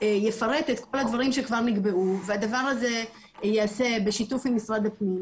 יפרט את כל הדברים שכבר נקבעו והדבר הזה ייעשה בשיתוף עם משרד הפנים,